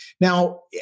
Now